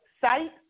site